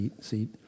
seat